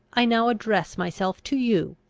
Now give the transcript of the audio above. i now address myself to you.